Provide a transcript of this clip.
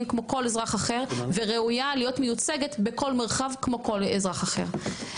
כמו כל אזרח אחר וראויה להיות מיוצגת בכל מרחב כמו כל אזרח אחר.